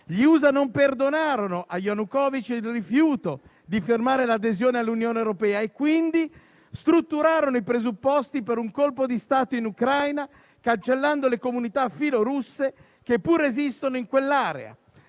gli USA non perdonarono a Yanukovich il rifiuto di fermare l'adesione all'Unione europea e quindi strutturarono i presupposti per un colpo di stato in Ucraina, cancellando le comunità filorusse che pure esistono in quell'area.